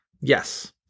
yes